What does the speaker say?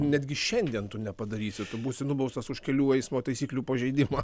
netgi šiandien tu nepadarysi tu būsi nubaustas už kelių eismo taisyklių pažeidimą